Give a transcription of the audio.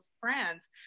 friends